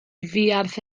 fuarth